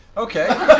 okay.